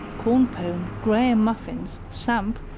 corn pone, graham muffins, samp,